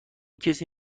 کسی